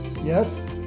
Yes